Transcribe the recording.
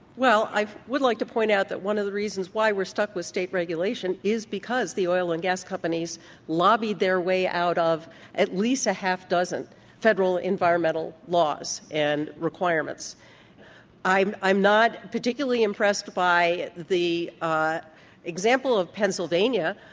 well, i would like to point out that one of the reasons why we're stuck with state regulation is because the oil and gas companies lobbied their way out of at least a half dozen federal environmental laws and um i'm i'm not particularly impressed by the ah example of pennsylvania,